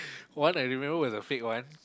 one I remember was a fake one